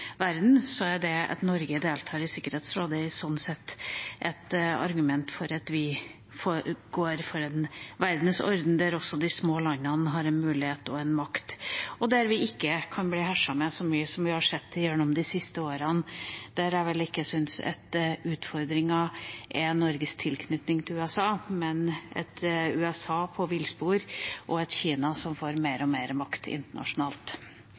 for at vi går for en verdensorden der også de små landene har en mulighet og en makt, og der vi ikke kan bli herset med så mye som vi har sett gjennom de siste årene. Der syns jeg vel ikke at utfordringa er Norges tilknytning til USA, men et USA på villspor og et Kina som får mer og mer makt internasjonalt